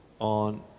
on